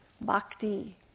bhakti